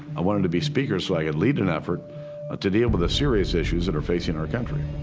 i wanted to be speaker so i could lead an effort ah to deal with the serious issues that are facing our country.